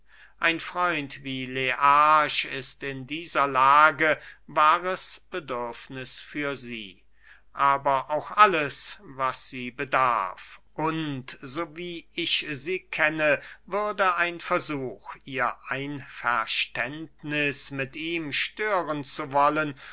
ein freund wie learch ist in dieser lage wahres bedürfniß für sie aber auch alles was sie bedarf und so wie ich sie kenne würde ein versuch ihr einverständniß mit ihm stören zu wollen